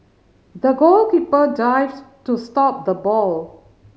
the goalkeeper dived to stop the ball